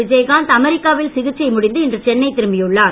விஜயகாந்த் அமெரிக்காவில் சிகிச்சை முடிந்து இன்று சென்னை திரும்பியுள்ளார்